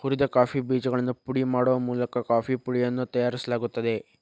ಹುರಿದ ಕಾಫಿ ಬೇಜಗಳನ್ನು ಪುಡಿ ಮಾಡುವ ಮೂಲಕ ಕಾಫೇಪುಡಿಯನ್ನು ತಯಾರಿಸಲಾಗುತ್ತದೆ